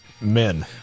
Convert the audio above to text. men